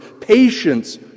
patience